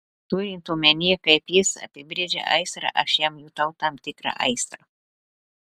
turint omenyje kaip jis apibrėžia aistrą aš jam jutau tam tikrą aistrą